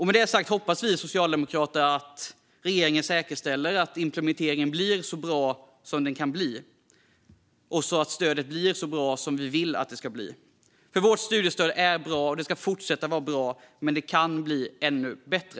Med detta sagt hoppas vi socialdemokrater att regeringen säkerställer att implementeringen blir så bra som den kan bli och att stödet blir så bra som vi vill att det ska bli. Sveriges studiestöd är bra, och det ska fortsätta att vara bra. Men det kan bli ännu bättre.